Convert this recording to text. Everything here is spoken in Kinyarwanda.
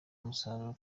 umusaruro